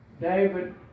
David